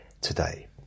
Today